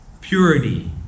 purity